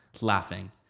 laughing